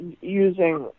using